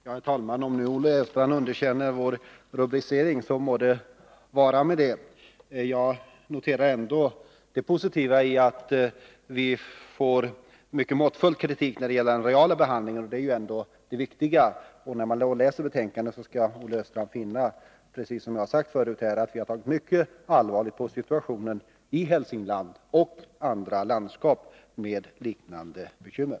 Herr talman! Om Olle Östrand underkänner vår rubricering, så må det vara. Jag noterar ändå det positiva i att vi får en mycket måttfull kritik när det gäller realbehandlingen. När Olle Östrand läser betänkandet skall han finna att vi tagit mycket allvarligt på situationen i Hälsingland och andra landskap med liknande bekymmer.